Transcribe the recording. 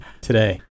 today